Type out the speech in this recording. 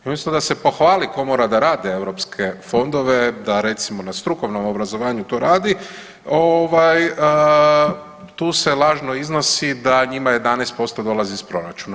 I umjesto da se pohvali Komora da rade europske fondove, da recimo na strukovnom obrazovanju to radi tu se lažno iznosi da njima 11% dolazi iz proračuna.